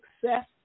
success